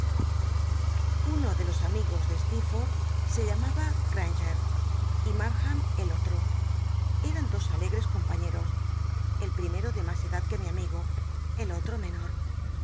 uno de los amigos de sleclfo th se llamaba grainger y narkbam el otro emn dos alegres compañ eros el primero de mas edad fjuc mi amigo el otro menor